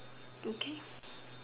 okay